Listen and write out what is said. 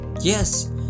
Yes